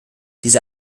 diese